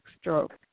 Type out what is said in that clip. stroke